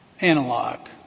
analog